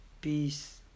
peace